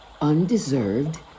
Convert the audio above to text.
undeserved